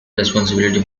responsibility